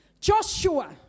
Joshua